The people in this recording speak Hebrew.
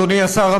אדוני השר,